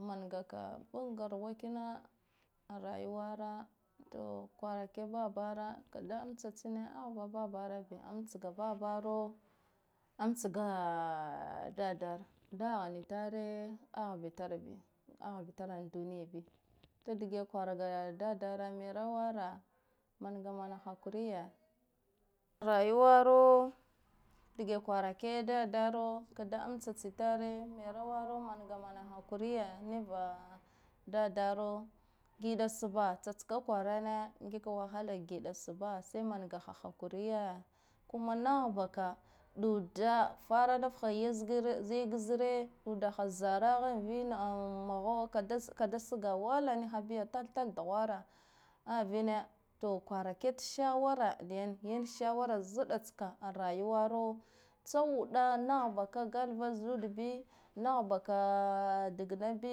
Mangaka gui ngarwa kina an rayuwana to kwara kai babara kada amtsa tsine ah ba babara biya amsaga babare am tsaga dadare, dahani tare ahbitarbi ah bi tarbi duniya bi dage kwarga da dara merowara dage kwarake dadaro kada matsa tsitare merowaro manga mana hakuriya niva dadaro gida suba tsatska kwarane ngiga wahala ka giɗa suba sai mangaha hakuri ya, kuma nah baka ɗuda fara nifha yag zre ɗuda ha zaraha vin anmho kada sgwala niha viya tath tath duhwara a vine, to kwaraket shawara da yan yan shawara zudda tska a rayuwaro tsauɗahe nah baka gathva zud bi nah baka dag na bi